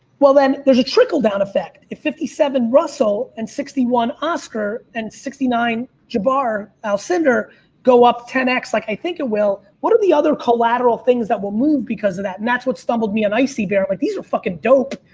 well then there's a trickle down effect if fifty seven russell and sixty one oscar, and sixty nine jabbar alcindor go up ten x like i think it will, what are the other collateral things that will move because of that? and that's what stumbled me an icee bear, like these are fucking dope.